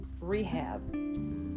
rehab